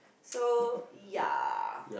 so yeah